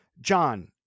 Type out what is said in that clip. John